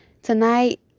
Tonight